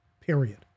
Period